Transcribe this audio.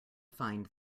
find